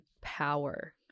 power